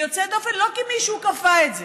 והיא יוצאת דופן לא כי מישהו כפה את זה,